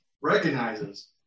recognizes